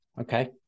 Okay